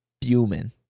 human